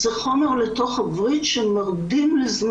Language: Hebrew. הרגשתי שאני מתעלפת.